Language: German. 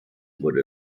wurde